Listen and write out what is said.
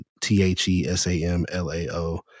T-H-E-S-A-M-L-A-O